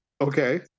Okay